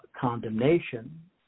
condemnation